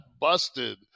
busted